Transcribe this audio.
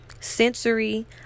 sensory